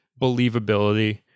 believability